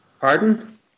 Pardon